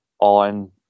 on